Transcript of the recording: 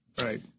right